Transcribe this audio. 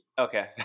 Okay